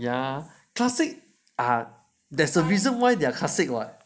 yeah classic are there's a reason why they are classic [what]